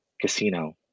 casino